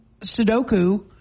Sudoku